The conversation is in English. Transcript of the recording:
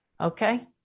Okay